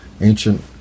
ancient